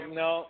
no